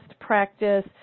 practice